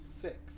six